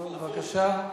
הפוך.